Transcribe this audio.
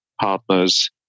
partners